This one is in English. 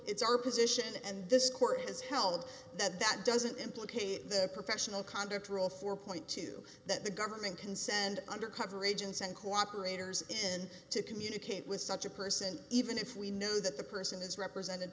it's our position and this court has held that that doesn't implicate the professional conduct or all four point two that the government can send undercover agents and cooperators and to communicate with such a person even if we know that the person is represented